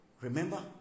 Remember